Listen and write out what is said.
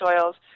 soils